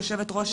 יושבת ראש